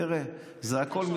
הקטע